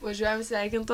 važiuojam sveikinti